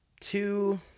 Two